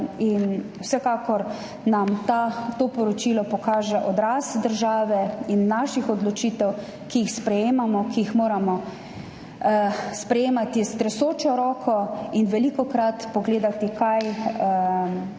Vsekakor nam to poročilo pokaže odraz države in naših odločitev, ki jih sprejemamo, ki jih moramo sprejemati s tresočo roko in velikokrat pogledati, kaj bodo